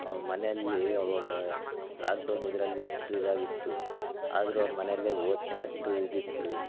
ಮನೆಯಲ್ಲಿ ಅವಾಗ ಲಾಕ್ಡೌನ್ ಇದರಲ್ಲಿ ಎಷ್ಟು ಇದಾಗಿತ್ತು ಆದರೂ ಅವ್ರು ಮನೆಯಲ್ಲೇ ಓದ್ಕಣಷ್ಟು ಇದಿತ್ತು